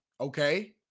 okay